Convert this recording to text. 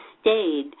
stayed